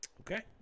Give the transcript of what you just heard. okay